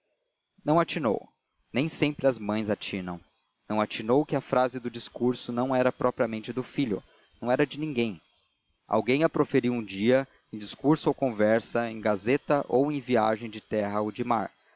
não atinou nem sempre as mães atinam não atinou que a frase do discurso não era propriamente do filho não era de ninguém alguém a proferiu um dia em discurso ou conversa em gazeta ou em viagem de terra ou de mar